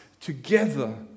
together